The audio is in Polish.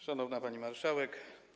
Szanowna Pani Marszałek!